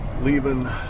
leaving